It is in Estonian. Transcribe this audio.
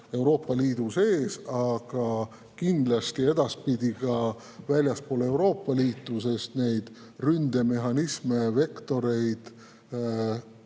Euroopa Liidu sees, ent kindlasti edaspidi ka väljaspool Euroopa Liitu, sest need ründemehhanismid ja -vektorid,